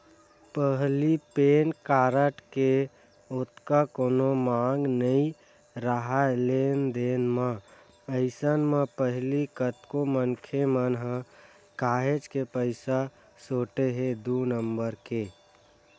पहिली PAN card के ओतका कोनो मांग नइ राहय लेन देन म, अइसन म पहिली कतको मनखे मन ह काहेच के पइसा सोटे हे दू नंबर के